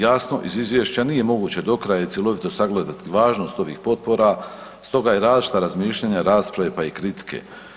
Jasno, iz izvješća nije moguće i do kraja i cjelovito sagledati važnog ovih potpora stoga je različita razmišljanja, rasprave pa i kritike.